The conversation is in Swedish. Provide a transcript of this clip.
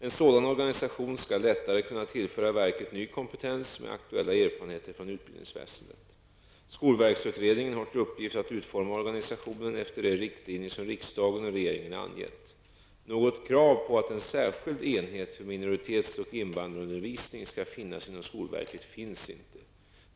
En sådan organisation skall lättare kunna tillföra verket ny kompetens med aktuella erfarenheter från utbildningsväsendet. Skolverksutredningen har till uppgift att utforma organisationen efter de riktlinjer som riksdagen och regeringen angett. Något krav på att en särskild enhet för minoritets och invandrarundervisning skall finnas inom skolverket finns inte.